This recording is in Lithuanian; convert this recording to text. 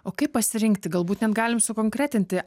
o kaip pasirinkti galbūt net galim sukonkretinti